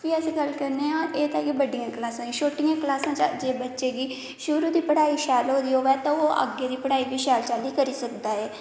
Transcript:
फ्ही अस गल्ल करने आं एह् ते होई गेआ बड़ियां क्लासां च बच्चे गी ओह्दी पढ़ाई शैल होआ दी होवै ते ओह् अग्गें दी पढाई बी शैल चाल्ली करी सकदा ऐ